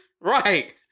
right